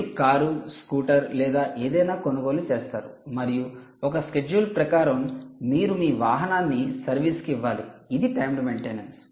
మీరు car scooter లేదా ఏదైనా కొనుగోలు చేస్తారు మరియు ఒక షెడ్యూల్ ప్రకారం మీరు మీ వాహనాన్ని సర్వీస్ కి ఇవ్వాలి ఇది టైమ్డు మైంటెనెన్సు